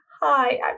hi